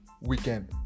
weekend